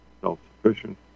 self-sufficient